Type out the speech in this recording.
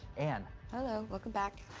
anne. hello. welcome back.